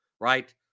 right